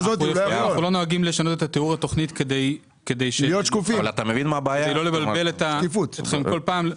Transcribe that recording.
אנחנו לא נוהגים לשנות את תיאור התכנית כדי לא לבלבל אתכם כל פעם.